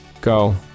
Go